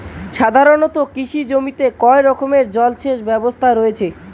সাধারণত কৃষি জমিতে কয় রকমের জল সেচ ব্যবস্থা রয়েছে?